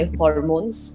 hormones